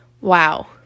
Wow